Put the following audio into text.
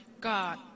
God